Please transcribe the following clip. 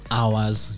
hours